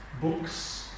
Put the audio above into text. books